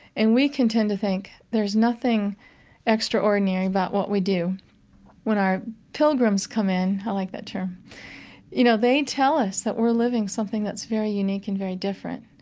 and we can tend to think there's nothing extraordinary about what we do when our pilgrims come in i like that term you know, they tell us that we're living something that's very unique and very different.